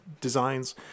designs